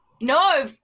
No